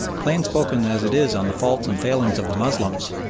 plain-spoken as it is on the faults and failings of the moslems,